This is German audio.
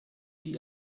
die